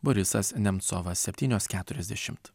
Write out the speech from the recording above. borisas nemcovas septynios keturiasdešimt